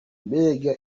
mbega